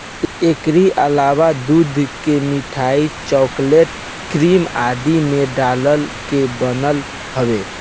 एकरी अलावा दूध के मिठाई, चोकलेट, क्रीम आदि में डाल के बनत हवे